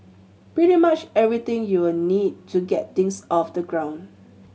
pretty much everything you will need to get things off the ground